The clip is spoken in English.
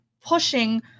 pushing